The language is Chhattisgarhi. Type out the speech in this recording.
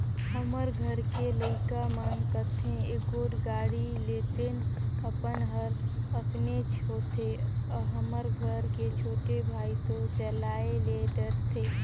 हमर घर के लइका मन कथें एगोट गाड़ी लेतेन अपन हर अपनेच होथे हमर घर के छोटे भाई तो चलाये ले डरथे